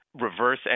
reverse